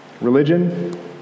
religion